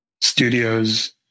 studios